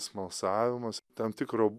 smalsavimas tam tikro